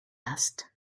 asked